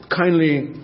kindly